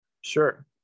Sure